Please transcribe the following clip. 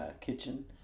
kitchen